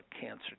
cancer